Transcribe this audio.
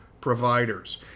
providers